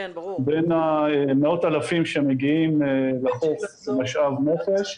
בין מאות אלפים שמגיעים לחוף כמשאב נופש,